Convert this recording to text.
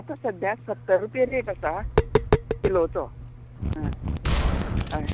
आतां सद्द्यां सत्तर रुपया रेट आसा किलोचो आं